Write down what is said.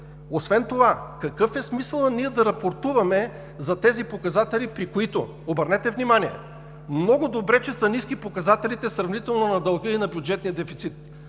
Освен това, какъв е смисълът ние да рапортуваме за тези показатели, при които – обърнете внимание – много добре, че са сравнително ниски показателите на дълга и на бюджетния дефицит,